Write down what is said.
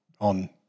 on